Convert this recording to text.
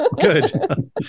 good